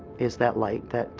is that light, that,